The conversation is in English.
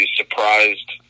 surprised